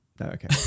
okay